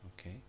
Okay